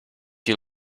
you